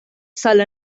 سال